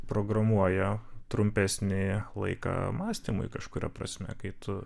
programuoja trumpesnį laiką mąstymui kažkuria prasme kai tu